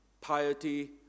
piety